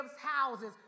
houses